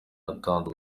natanze